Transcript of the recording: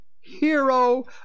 hero